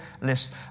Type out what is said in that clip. list